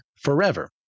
forever